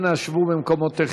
אנא שבו במקומותיכם.